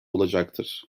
olacaktır